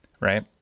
right